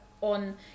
on